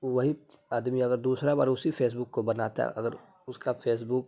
وہی آدمی اگر دوسرا بار اسی فیس بک کو بناتا ہے اگر اس کا فیس بک